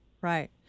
Right